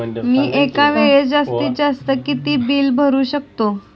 मी एका वेळेस जास्तीत जास्त किती बिल भरू शकतो?